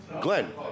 Glenn